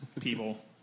people